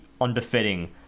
unbefitting